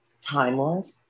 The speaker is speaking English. Timeless